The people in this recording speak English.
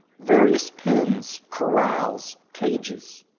various pens, corrals, cages.